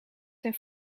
zijn